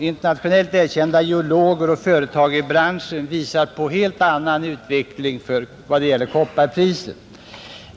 Internationellt kända geologer och företag i branschen visar på en helt annan utveckling vad gäller kopparpriset.